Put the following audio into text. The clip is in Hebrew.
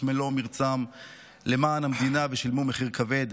מלוא מרצם למען המדינה ושילמו מחיר כבד?